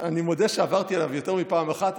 אני מודה שעברתי עליו יותר מפעם אחת,